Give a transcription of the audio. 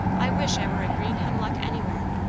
i wish i were a green hemlock anywhere,